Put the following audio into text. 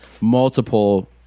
multiple